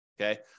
Okay